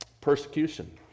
persecution